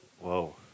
Whoa